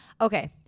Okay